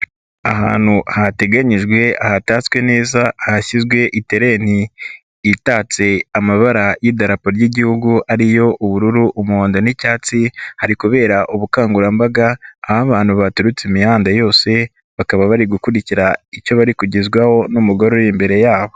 Ahantu hateganyijwe, hatatswe neza, hashyizwe iterenti itatse amabara y'idarapo ry'Igihugu, ari yo: ubururu, umuhodo n'icyatsi, hari kubera ubukangurambaga, aho abantu baturutse imihanda yose, bakaba bari gukurikira, icyo bari kugezwaho n'umugore uri imbere yabo.